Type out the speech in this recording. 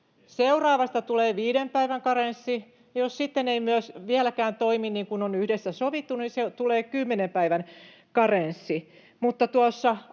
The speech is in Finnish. Seuraavasta tulee viiden päivän karenssi. Jos sitten ei vieläkään toimi niin kuin on yhdessä sovittu, tulee 10 päivän karenssi.